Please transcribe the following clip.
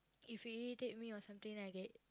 if you irritate me or something then I get